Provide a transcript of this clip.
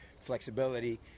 flexibility